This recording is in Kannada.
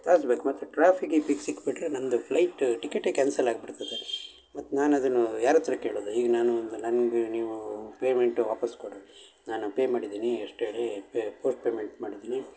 ತಾಸು ಬೇಕು ಮತ್ತು ಟ್ರಾಫಿಕ್ ಗೀಫಿಕ್ ಸಿಕ್ಬಿಟ್ಟರೆ ನಂದು ಫ್ಲೈಟು ಟಿಕೆಟೆ ಕ್ಯಾನ್ಸಲ್ ಆಗಿಬಿಡ್ತದೆ ಮತ್ತು ನಾನು ಅದನ್ನು ಯಾರಹತ್ರ ಕೇಳೋದು ಈಗ ನಾನು ಒಂದು ನನಗೆ ನೀವೂ ಪೇಮೆಂಟ್ ವಾಪಸ್ ಕೊಡಿರಿ ನಾನು ಪೇ ಮಾಡಿದೀನಿ ಎಷ್ಟು ಹೇಳಿ ಪೇ ಪೋಸ್ಟ್ ಪೇಮೆಂಟ್ ಮಾಡಿದೀನಿ